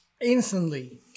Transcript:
instantly